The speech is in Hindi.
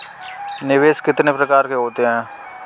निवेश कितने प्रकार के होते हैं?